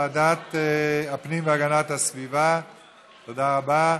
לוועדת הפנים והגנת הסביבה נתקבלה.